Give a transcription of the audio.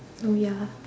oh ya